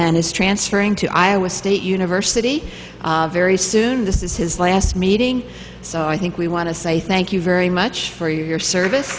and is transferring to iowa state university very soon this is his last meeting so i think we want to say thank you very much for your service